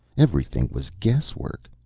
everything was guesswork,